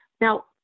Now